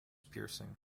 piercing